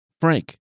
Frank